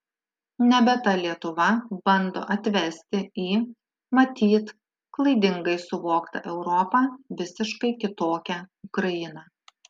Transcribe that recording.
nebe ta lietuva bando atvesti į matyt klaidingai suvoktą europą visiškai kitokią ukrainą